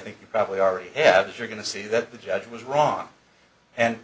think you probably already have you're going to see that the judge was wrong and